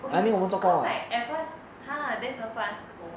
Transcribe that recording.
okay because like at first !huh! then 怎么办那些狗